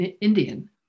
Indian